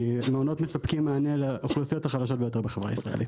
כי מעונות מספקים מענה לאוכלוסיות החלשות ביותר בחברה הישראלית.